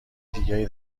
دیگری